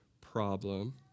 problem